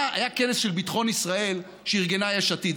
היה כנס של ביטחון ישראל שארגנה יש עתיד.